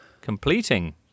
completing